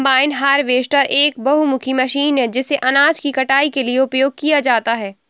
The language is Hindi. कंबाइन हार्वेस्टर एक बहुमुखी मशीन है जिसे अनाज की कटाई के लिए उपयोग किया जाता है